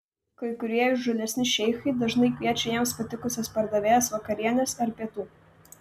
kai kurie įžūlesni šeichai dažnai kviečia jiems patikusias pardavėjas vakarienės ar pietų